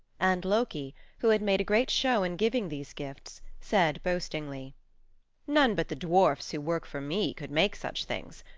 and loki, who had made a great show in giving these gifts, said boastingly none but the dwarfs who work for me could make such things.